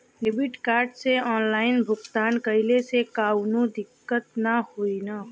Debit card से online भुगतान कइले से काउनो दिक्कत ना होई न?